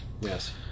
Yes